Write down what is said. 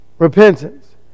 repentance